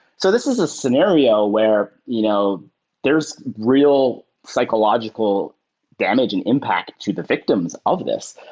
so this is a scenario where you know there's real psychological damage and impact to the victims of this.